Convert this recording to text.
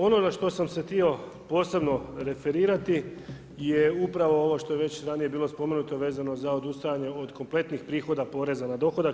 Ono na što sam se htio posebno referirati je upravo ovo što je ranije bilo spomenuto vezano za odustajanje od kompletnih prihoda poreza na dohodak.